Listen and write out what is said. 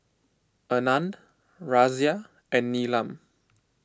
Anand Razia and Neelam